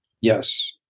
Yes